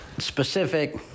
Specific